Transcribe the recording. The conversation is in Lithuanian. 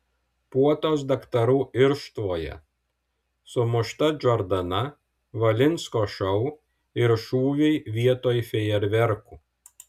puotos daktarų irštvoje sumušta džordana valinsko šou ir šūviai vietoj fejerverkų